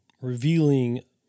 revealing